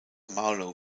marlow